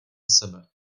sebe